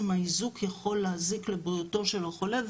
האיזוק יכול להזיק לבריאותו של החולה.